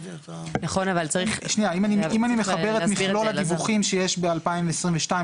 אם אני מחבר את המכלול הדיווחים שיש ב-2022,